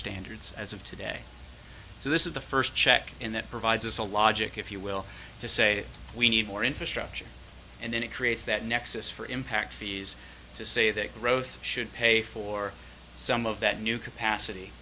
standards as of today so this is the first check in that provides us a logic if you will to say we need more infrastructure and then it creates that nexus for impact fees to say that growth should pay for some of that new capacity